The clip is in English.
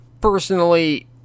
Personally